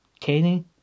Kenny